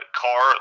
car